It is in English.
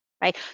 right